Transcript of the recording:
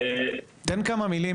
תן כמה מילים,